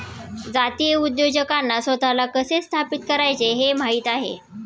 जातीय उद्योजकांना स्वतःला कसे स्थापित करायचे हे माहित आहे